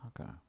Okay